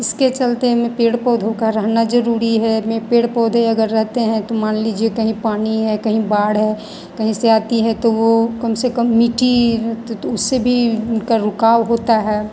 इसके चलते हमें पेड़ पौधों का रहना जरूरी है हमें पेड़ पौधे अगर रहते हैं तो मान लीजिए कहीं पानी है कहीं बाढ़ है कहीं से आती है तो कम से कम वो नीची तू तू उससे भी उसका रुकाव होता है